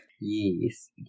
yes